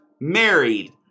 married